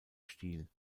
stiel